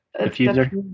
diffuser